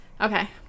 Okay